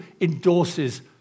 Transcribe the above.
endorses